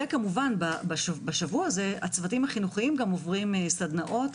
וכמובן בשבוע הזה הצוותים החינוכיים עוברים סדנאות,